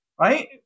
Right